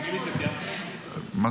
5 ק"מ.